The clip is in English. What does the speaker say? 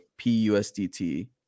PUSDT